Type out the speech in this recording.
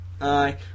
Aye